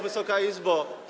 Wysoka Izbo!